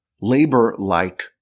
labor-like